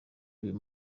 uyu